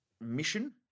mission